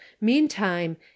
meantime